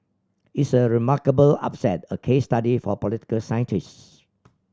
it's a remarkable upset a case study for political scientists